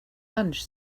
lunch